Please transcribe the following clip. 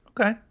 okay